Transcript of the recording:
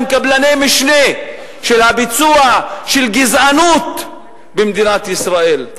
הם קבלני משנה של הביצוע של גזענות במדינת ישראל.